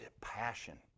Passion